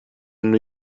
new